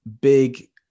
big